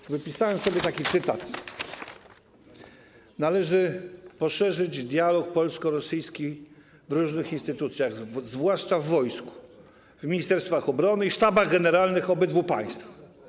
Otóż wypisałem sobie taki cytat: należy poszerzyć dialog polsko-rosyjski w różnych instytucjach, zwłaszcza w wojsku, w ministerstwach obrony i sztabach generalnych obydwu państw.